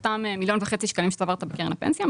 את אותם מיליון וחצי שקלים שצברת בקרן הפנסיה,